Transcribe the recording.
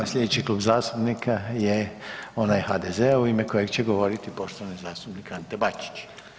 Slijedeći Klub zastupnika je onaj HDZ-a u ime kojeg će govoriti poštovani zastupnik Ante Bačić.